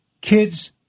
kids